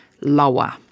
lower